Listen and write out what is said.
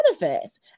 manifest